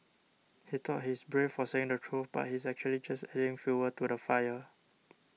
he thought he's brave for saying the truth but he's actually just adding fuel to the fire